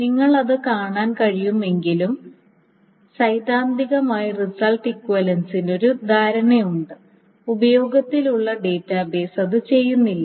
നിങ്ങൾക്ക് അത് കാണാൻ കഴിയുമെങ്കിലും സൈദ്ധാന്തികമായി റിസൾട്ട് ഇക്വിവലൻസിനു ഒരു ധാരണയുണ്ട് ഉപയോഗത്തിലുള്ള ഡാറ്റാബേസ് അത് ചെയ്യുന്നില്ല